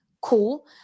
Cool